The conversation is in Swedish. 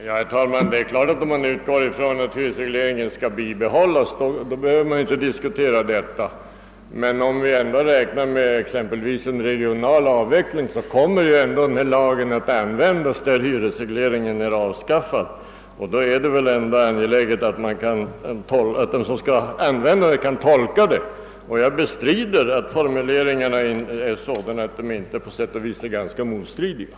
Herr talman! Ja, om man utgår från att hyresregleringen skall bibehållas, behöver vi självfaNet inte diskutera den saken, men om vi t.ex. räknar med en regional avveckling av regleringen, kommer ju ändå den lag att tillämpas som vi nu skall antaga, och då är det väl angeläget att den som skall tillämpa lagen kan tolka den rätt. Och jag bestrider att formuleringarna är sådana att de inte kan sägas vara ganska motstridiga.